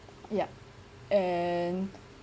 yup and